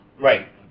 Right